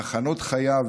תחנות חייו,